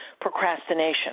procrastination